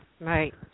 Right